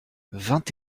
vingt